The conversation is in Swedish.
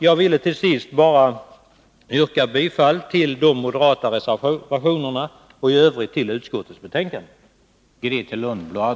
Jag vill till sist yrka bifall till de moderata reservationerna och i övrigt till utskottets hemställan.